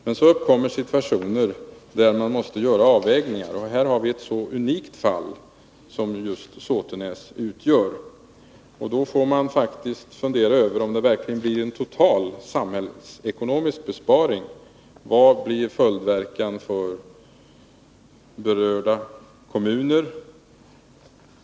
Men så uppkommer situationer där man måste göra avvägningar och fundera över om det verkligen blir en total samhällsekonomisk besparing. Just ett sådant unikt fall utgör Såtenäs. Vilka blir konsekvenserna för berörda kommuner?